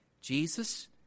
Jesus